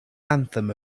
anthem